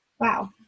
Wow